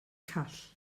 call